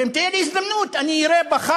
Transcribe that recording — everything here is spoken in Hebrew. ואם תהיה לי הזדמנות אני אירה בך,